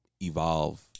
evolve